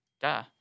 Duh